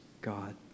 God